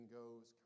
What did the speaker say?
goes